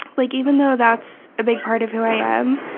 like even though that's a big part of who i am.